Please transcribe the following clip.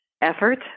effort